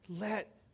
let